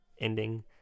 ending